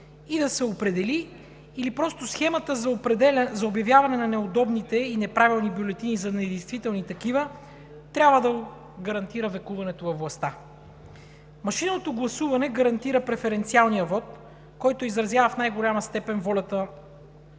и да се определи или просто схемата за обявяване на неудобните и неправилни бюлетини за недействителни такива, трябва да гарантира векуването във властта! Машинното гласуване гарантира преференциалния вот, който в най-голяма степен изразява